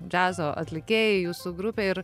džiazo atlikėjai jūsų grupė ir